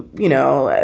you know,